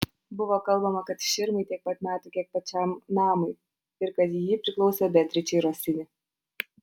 buvo kalbama kad širmai tiek pat metų kiek pačiam namui ir kad ji priklausė beatričei rosini